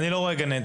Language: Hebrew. אני לא רואה גננת.